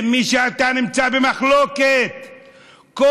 עם מי שאתה נמצא במחלוקת איתו.